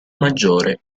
maggiore